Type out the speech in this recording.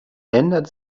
ändert